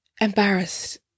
embarrassed